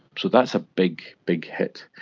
so that's a big, big hit.